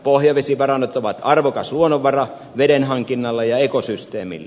pohjavesivarannot ovat arvokas luonnonvara vedenhankinnalle ja ekosysteemille